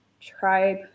tribe